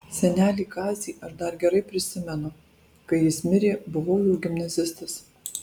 senelį kazį aš dar gerai prisimenu kai jis mirė buvau jau gimnazistas